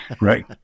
Right